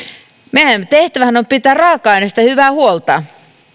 meidän tehtävämmehän on pitää raaka aineesta hyvää huolta